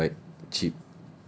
I still prefer bike cheap